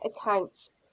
accounts